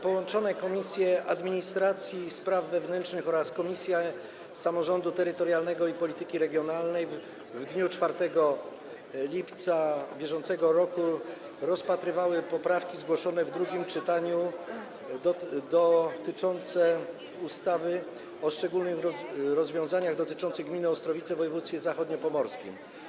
Połączone komisje: Komisja Administracji i Spraw Wewnętrznych oraz Komisja Samorządu Terytorialnego i Polityki Regionalnej w dniu 4 lipca br. rozpatrywały zgłoszone w drugim czytaniu poprawki do ustawy o szczególnych rozwiązaniach dotyczących gminy Ostrowice w województwie zachodniopomorskim.